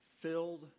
filled